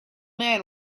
man